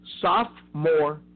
Sophomore